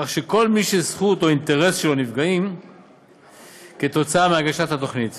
כך שכל מי שזכות או אינטרס שלו נפגעים מהגשת תוכנית